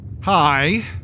hi